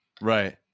Right